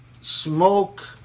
smoke